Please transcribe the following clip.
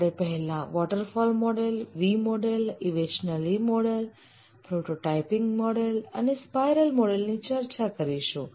આપણે પહેલા waterfall model V model evolutionary model prototyping model અને સ્પાઇરલ મોડલ ની ચર્ચા કરીશું